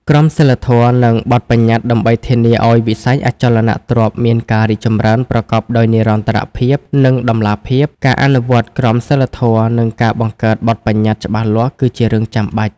ក្រមសីលធម៌ និងបទប្បញ្ញត្តិដើម្បីធានាឲ្យវិស័យអចលនទ្រព្យមានការរីកចម្រើនប្រកបដោយនិរន្តរភាព និងតម្លាភាព ការអនុវត្ត ក្រមសីលធម៌ និងការបង្កើត បទប្បញ្ញត្តិ ច្បាស់លាស់ គឺជារឿងចាំបាច់។